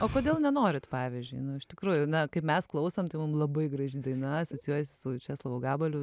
o kodėl nenorit pavyzdžiui iš tikrųjų na kaip mes klausom tai mum labai graži daina asocijuojasi su česlovu gabaliu